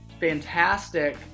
fantastic